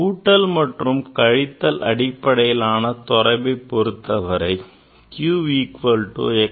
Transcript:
கூட்டல் மற்றும் கழித்தல் அடிப்படையிலான தொடர்பைப் பொருத்தவரை q equal to x plus y